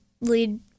lead